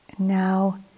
Now